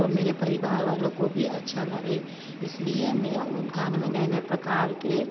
और मेरे परिवार वालों को भी अच्छा लगे इसलिए मैं उन खाने में नए नए प्रकार के